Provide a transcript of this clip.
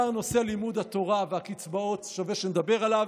אתגר נושא לימוד התורה והקצבאות, שווה שנדבר עליו.